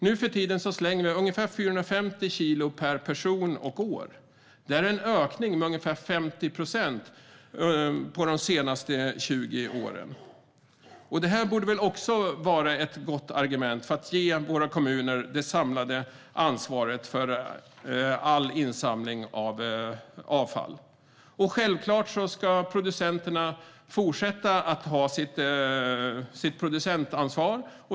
Nu för tiden slänger vi ungefär 450 kilo per person och år. Det är en ökning med ungefär 50 procent på de senaste 20 åren. Det borde vara ett gott argument för att ge våra kommuner det samlade ansvaret för all insamling av avfall. Självklart ska producenterna fortsätta att ha sitt producentansvar.